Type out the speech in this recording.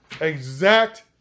Exact